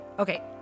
Okay